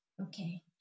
Okay